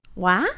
Wow